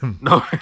No